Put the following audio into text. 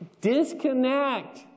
disconnect